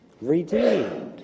Redeemed